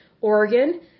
Oregon